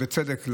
ובצדק,